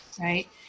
right